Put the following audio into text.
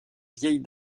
vieille